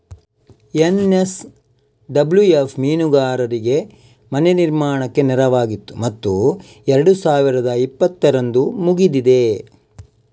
NSWF ಮೀನುಗಾರರಿಗೆ ಮನೆ ನಿರ್ಮಾಣಕ್ಕೆ ನೆರವಾಗಿತ್ತು ಮತ್ತು ಎರಡು ಸಾವಿರದ ಇಪ್ಪತ್ತರಂದು ಮುಗಿದಿದೆ